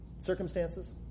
circumstances